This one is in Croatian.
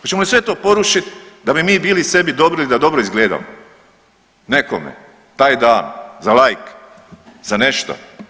Hoćemo li sve to porušit da bi mi bili sebi dobri i da dobro izgledamo nekome taj dan za lajk, za nešto?